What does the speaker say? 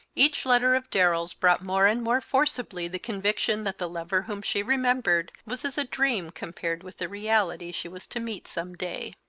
each letter of darrell's brought more and more forcibly the conviction that the lover whom she remembered was as a dream compared with the reality she was to meet some day.